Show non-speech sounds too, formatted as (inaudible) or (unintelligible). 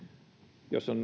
jos on (unintelligible)